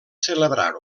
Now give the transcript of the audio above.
celebrar